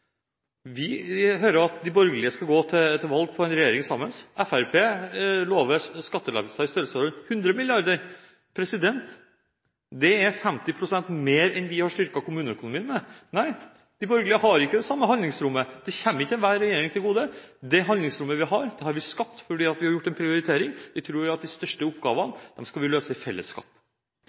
Vi hører at de borgerlige skal gå til valg på å danne regjering sammen. Fremskrittspartiet lover skattelettelser i størrelsesorden 100 mrd. kr. Det er 50 pst. mer enn det vi har styrket kommuneøkonomien med. Nei, de borgerlige har ikke det samme handlingsrommet, det kommer ikke enhver regjering til gode. Det handlingsrommet som vi har, har vi skapt fordi vi har gjort en prioritering – vi tror at de største oppgavene skal vi løse i fellesskap.